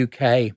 UK